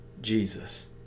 Jesus